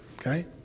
okay